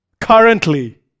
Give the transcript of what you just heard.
Currently